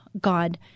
God